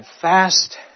fast